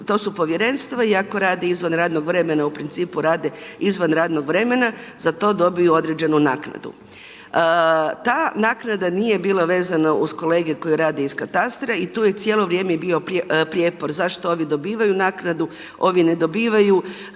to su povjerenstva i ako rade izvan radno vremena, u principu rade izvan radnog vremena, za to dobiju određenu naknadu. Ta naknada nije bila vezana uz kolege koji rade iz katastra i tu je cijelo vrijeme i bio prijepor zašto ovi dobivaju naknadu, ovi ne dobivaju, katastar